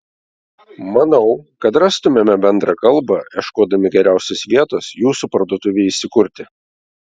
manau kad rastumėme bendrą kalbą ieškodami geriausios vietos jūsų parduotuvei įsikurti